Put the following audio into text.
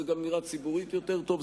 זה גם נראה ציבורית יותר טוב,